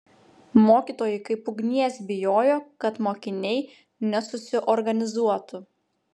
mokytojai kaip ugnies bijojo kad mokiniai nesusiorganizuotų